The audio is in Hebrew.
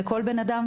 לכל בן אדם,